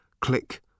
click